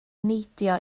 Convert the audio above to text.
neidio